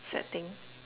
sad thing